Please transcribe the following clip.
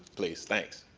please. thanks.